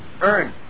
earn